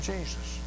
Jesus